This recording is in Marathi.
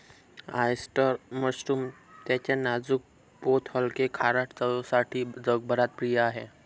ऑयस्टर मशरूम त्याच्या नाजूक पोत हलके, खारट चवसाठी जगभरात प्रिय आहे